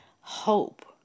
hope